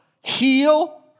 heal